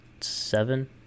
seven